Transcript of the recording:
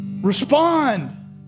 respond